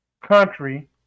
country